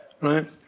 Right